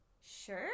sure